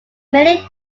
many